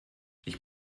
ich